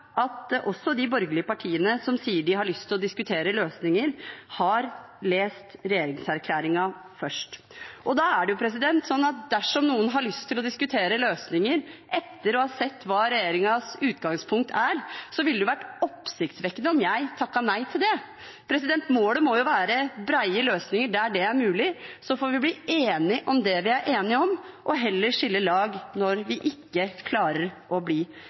at også de borgerlige partiene som sier de har lyst til å diskutere løsninger, har lest regjeringserklæringen først. Da er det sånn at dersom noen har lyst til å diskutere løsninger etter å ha sett regjeringens utgangspunkt, ville det vært oppsiktsvekkende om jeg takket nei til det. Målet må jo være brede løsninger der det er mulig, så får vi bli enige om det vi er enige om, og heller skille lag når vi ikke klarer å bli